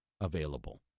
available